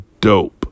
dope